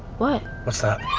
what? what's that?